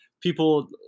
people